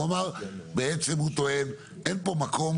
בעצם הוא טוען שאין פה מקום